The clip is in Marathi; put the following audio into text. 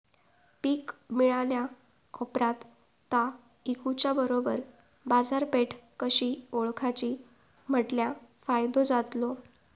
पीक मिळाल्या ऑप्रात ता इकुच्या बरोबर बाजारपेठ कशी ओळखाची म्हटल्या फायदो जातलो?